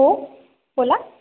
हो बोला